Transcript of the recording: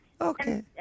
okay